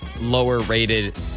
lower-rated